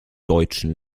deutschen